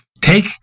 Take